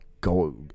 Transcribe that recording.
go